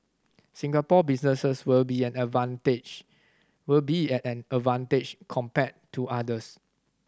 Singapore businesses will be at an advantage will be at an advantage compared to others